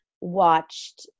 watched